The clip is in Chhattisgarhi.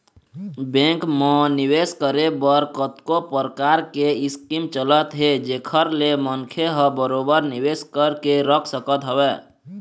बेंक म निवेस करे बर कतको परकार के स्कीम चलत हे जेखर ले मनखे ह बरोबर निवेश करके रख सकत हवय